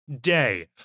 day